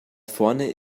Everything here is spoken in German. vorne